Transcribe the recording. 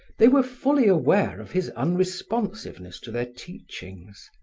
they were fully aware of his unresponsiveness to their teachings.